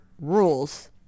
rules